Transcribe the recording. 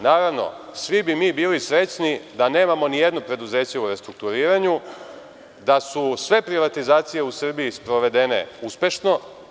Naravno, svi bi mi bili srećni da nemamo nijedno preduzeće u restrukturiranju, da su sve privatizacije u Srbiji sprovedene uspešno.